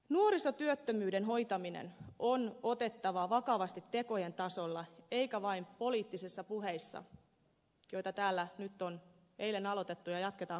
nuorisotyöttömyyden hoitaminen on otettava vakavasti tekojen tasolla eikä vain poliittisissa puheissa joita täällä nyt on eilen aloitettu ja jatketaan koko viikko